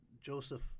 Joseph